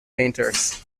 painters